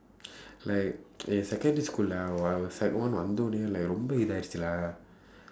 like என்:en secondary schoolae அவ அவ:ava ava sec one வந்த உடனேயே ரொம்ப இதா ஆயிடுச்சு:vandtha udaneeyee rompa ithaa aayiduchsu lah